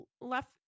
left